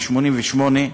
ב-1988,